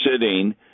sitting